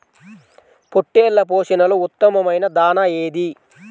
పొట్టెళ్ల పోషణలో ఉత్తమమైన దాణా ఏది?